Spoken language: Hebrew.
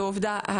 ועובדה,